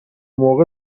موقع